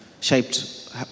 shaped